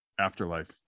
afterlife